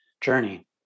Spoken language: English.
journey